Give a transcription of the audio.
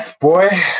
boy